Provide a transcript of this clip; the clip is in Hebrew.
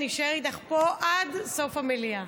אני אשאר איתך פה עד סוף המליאה.